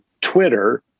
Twitter